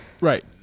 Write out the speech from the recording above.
Right